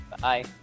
Bye